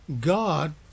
God